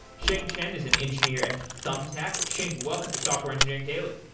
xing chen is an engineer at thumbtack. xing welcome to software engineering daily.